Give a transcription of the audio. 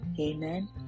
Amen